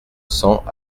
cents